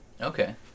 okay